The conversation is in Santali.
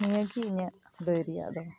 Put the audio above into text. ᱱᱤᱭᱟᱹᱜᱮ ᱤᱧᱟᱹᱜ ᱞᱟᱹᱭ ᱨᱮᱭᱟᱜ ᱫᱚ